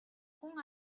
хүн